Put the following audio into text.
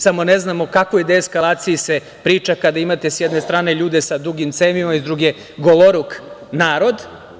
Samo ne znamo o kakvoj deeskalaciji se priča kada imate sa jedne strane ljude sa dugim cevima i sa druge goloruk narod.